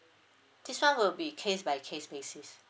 this one will be case by case basis